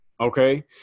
Okay